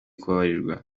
kubabarirwa